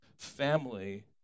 family